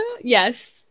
yes